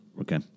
Okay